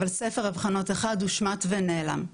אבל ספר אבחנות אחד הושמט ונעלם,